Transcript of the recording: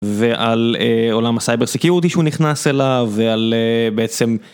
ועל עולם הסייבר סיקיורטי שהוא נכנס אליו ועל בעצם.